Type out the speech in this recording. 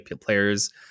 players